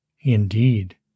Indeed